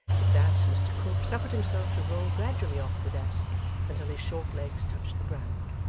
with that, mr quilp suffered himself to roll gradually off the desk until his short legs touched the ground,